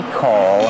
call